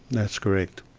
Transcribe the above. that's correct.